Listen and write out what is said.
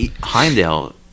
heimdall